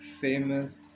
famous